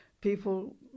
people